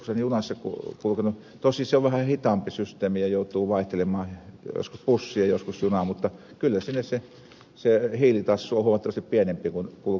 tosin se on vähän hitaampi systeemi ja joutuu vaihtelemaan joskus bussia joskus junaa mutta kyllä siinä se hiilitassu on huomattavasti pienempi kun kulkee junassa